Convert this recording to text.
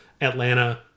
Atlanta